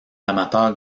amateurs